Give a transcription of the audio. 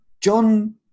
John